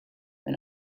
when